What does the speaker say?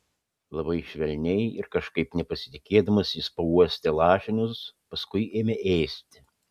labai švelniai ir kažkaip nepasitikėdamas jis pauostė lašinius paskui ėmė ėsti